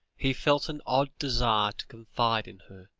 he felt an odd desire to confide in her,